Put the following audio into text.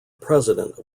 president